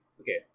Okay